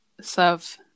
serve